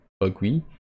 agree